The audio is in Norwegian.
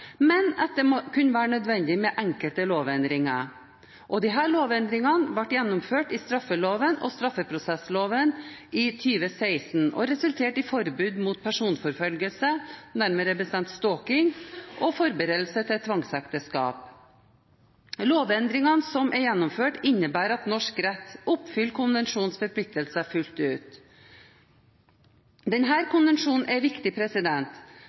men at det kunne være nødvendig med enkelte lovendringer. Disse lovendringene ble gjennomført i straffeloven og straffeprosessloven i 2016 og resulterte i forbud mot personforfølgelse – nærmere bestemt stalking – og forberedelse til tvangsekteskap. Lovendringene som er gjennomført, innebærer at norsk rett oppfyller konvensjonens forpliktelser fullt ut. Denne konvensjonen er viktig,